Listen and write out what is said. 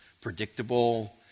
predictable